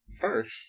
First